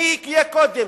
מי יהיה קודם: